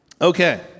Okay